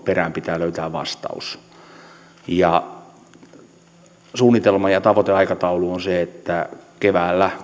perään pitää löytää vastaus ja suunnitelma ja tavoiteaikataulu on se että keväällä